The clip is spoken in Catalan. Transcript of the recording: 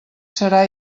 serà